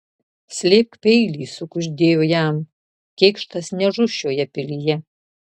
slėpk peilį sukuždėjo jam kėkštas nežus šioje pilyje